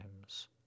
times